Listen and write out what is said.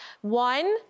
one